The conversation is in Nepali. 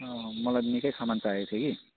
अँ मलाई निकै सामान चाहिएको थियो कि